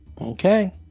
Okay